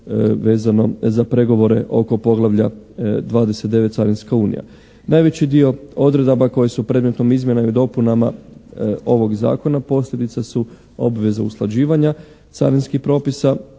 vezano za pregovore oko poglavlja 29. Carinska unija. Najveći dio odredbama koje su predmetnim izmjenama i dopunama ovog zakona posljedica su obveze usklađivanja carinskih popisa